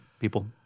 people